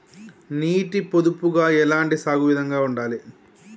నీటి పొదుపుగా ఎలాంటి సాగు విధంగా ఉండాలి?